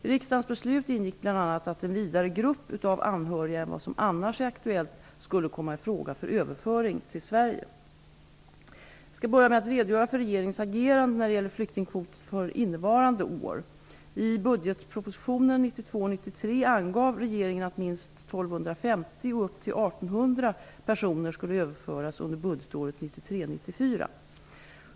I riksdagens beslut ingick bl.a. att en vidare grupp av anhöriga än vad som annars är aktuellt skulle komma i fråga för överföring till Sverige. Jag skall börja med att redogöra för regeringens agerande när det gäller flyktingkvoten för innevarande budgetår. I budgetpropositionen 1992 94.